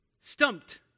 Stumped